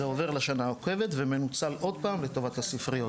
זה עובר לשנה העוקבת ומנוצל עוד פעם לטובת הספריות.